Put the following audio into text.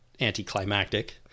anticlimactic